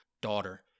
daughter